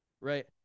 right